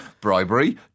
bribery